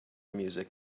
music